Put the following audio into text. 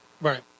right